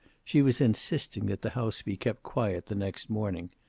she was insisting that the house be kept quiet the next morning.